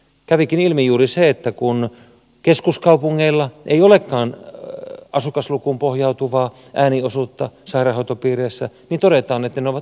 kävikin ilmi juuri se että kun keskuskaupungeilla ei olekaan asukaslukuun pohjautuvaa ääniosuutta sairaanhoitopiireissä niin todetaan että ne ovat epädemokraattisia